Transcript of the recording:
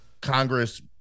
congress